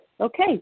Okay